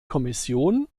kommission